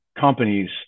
companies